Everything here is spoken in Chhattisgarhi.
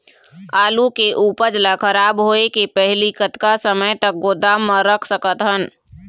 आलू के उपज ला खराब होय के पहली कतका समय तक गोदाम म रख सकत हन?